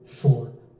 short